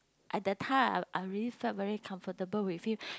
I that time I I really felt very comfortable with him